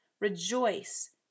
Rejoice